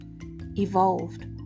evolved